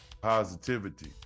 positivity